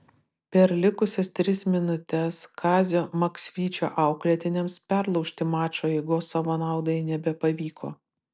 per likusias tris minutes kazio maksvyčio auklėtiniams perlaužti mačo eigos savo naudai nebepavyko